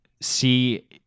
see